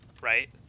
right